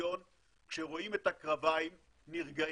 כשרואים את הקרביים נרגעים.